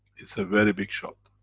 it's a very big shot.